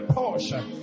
portion